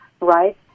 right